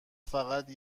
فقط